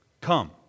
Come